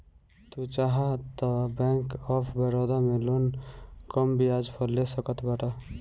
तू चाहअ तअ बैंक ऑफ़ बड़ोदा से लोन कम बियाज पअ ले सकत बाटअ